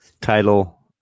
title